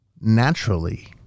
naturally